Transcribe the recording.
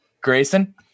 Grayson